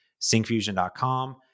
Syncfusion.com